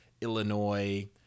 Illinois